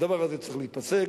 הדבר הזה צריך להיפסק.